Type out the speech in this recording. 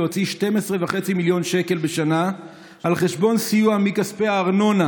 להוציא 12.5 מיליון שקל בשנה על חשבון סיוע מכספי הארנונה